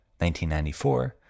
1994